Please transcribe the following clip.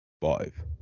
Five